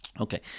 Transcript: Okay